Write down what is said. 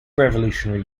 revolutionary